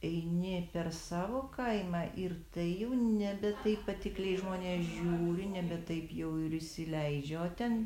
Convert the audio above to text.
eini per savo kaimą ir tai jau nebe taip patikliai žmonės žiūri nebe taip jau ir įsileidžia o ten